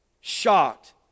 shocked